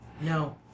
No